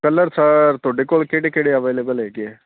colour sir ਤੁਹਾਡੇ ਕੋਲ ਕਿਹੜੇ ਕਿਹੜੇ ਅਵੇਲੇਬਲ ਹੈਗੇ